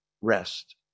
rest